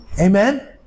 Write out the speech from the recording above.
Amen